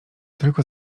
tylko